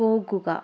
പോകുക